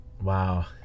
Wow